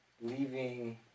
leaving